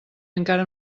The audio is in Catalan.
encara